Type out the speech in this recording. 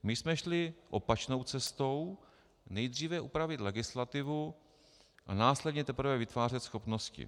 My jsme šli opačnou cestou nejdříve upravit legislativu a následně teprve vytvářet schopnosti.